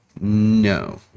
No